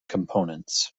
components